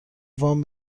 وام